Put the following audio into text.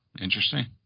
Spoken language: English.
interesting